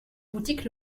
boutique